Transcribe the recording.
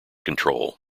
control